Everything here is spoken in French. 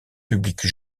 public